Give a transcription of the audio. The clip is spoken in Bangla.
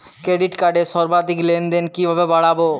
ক্রেডিট কার্ডের সর্বাধিক লেনদেন কিভাবে বাড়াবো?